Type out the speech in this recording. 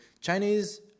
Chinese